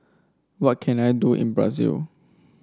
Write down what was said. what can I do in Brazil